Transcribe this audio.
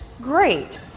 great